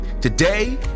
Today